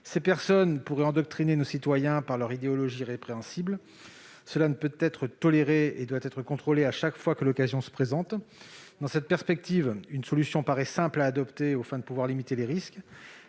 Ces personnes pourraient endoctriner nos citoyens avec leur idéologie répréhensible, ce qui ne peut être toléré. Il faut donc contrôler l'usage de ces lieux chaque fois que l'occasion se présente. Dans cette perspective, une solution paraît simple à adopter aux fins de limiter les risques